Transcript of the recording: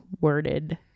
Worded